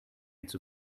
its